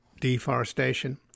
Deforestation